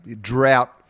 drought